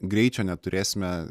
greičio neturėsime